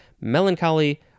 melancholy